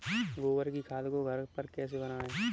गोबर की खाद को घर पर कैसे बनाएँ?